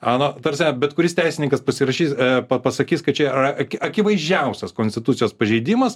na ta prasme bet kuris teisininkas pasirašys pasakys kad čia yra akivaizdžiausias konstitucijos pažeidimas